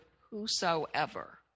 whosoever